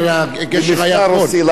אבל זה היה "שלישיית גשר הירקון".